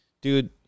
dude